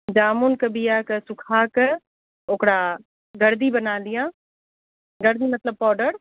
जामुनके बिआके सुखाकऽ ओकरा गरदी बना लिअऽ गरदी मतलब पाउडर